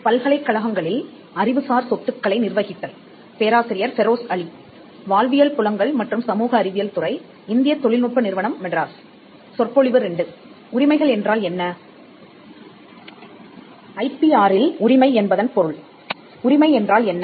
IPR இல் 'உரிமை' என்பதன் பொருள் உரிமை என்றால் என்ன